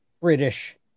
British